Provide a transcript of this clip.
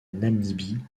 namibie